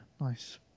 Nice